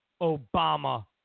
Obama